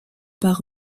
par